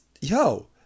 yo